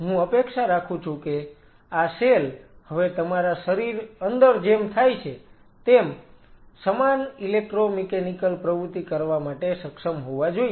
તેથી હું અપેક્ષા રાખું છું કે આ સેલ હવે તમારા શરીર અંદર જેમ થાય છે તેમ સમાન ઈલેક્ટ્રોમિકેનિકલ પ્રવૃત્તિ કરવા માટે સક્ષમ હોવા જોઈએ